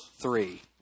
three